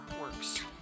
works